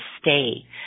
stay